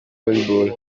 volleyball